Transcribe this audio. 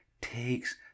takes